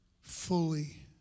fully